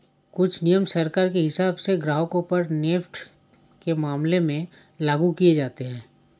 कुछ नियम सरकार के हिसाब से ग्राहकों पर नेफ्ट के मामले में लागू किये जाते हैं